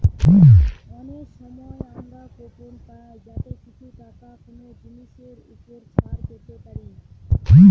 অনেক সময় আমরা কুপন পাই যাতে কিছু টাকা কোনো জিনিসের ওপর ছাড় পেতে পারি